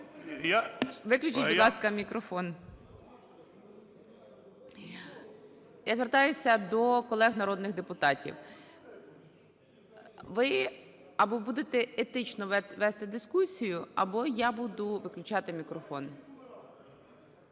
Виключіть, будь ласка, мікрофон. Я звертаюся до колег народних депутатів. Ви або будете етично вести дискусію, або я буду виключати мікрофон.